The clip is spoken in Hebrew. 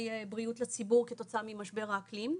בריאות לציבור כתוצאה ממשבר האקלים.